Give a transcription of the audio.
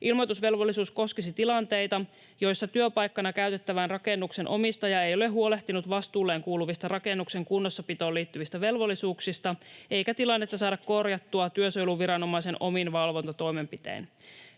Ilmoitusvelvollisuus koskisi tilanteita, joissa työpaikkana käytettävän rakennuksen omistaja ei ole huolehtinut vastuulleen kuuluvista rakennuksen kunnossapitoon liittyvistä velvollisuuksista eikä tilannetta saada korjattua työsuojeluviranomaisen omin valvontatoimenpitein.